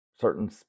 certain